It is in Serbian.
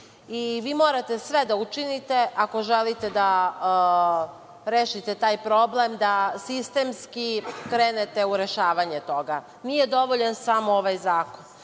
morate sve da učinite ako želite da rešite taj problem da sistemski krenete u rešavanje toga. Nije dovoljan samo ovaj zakon.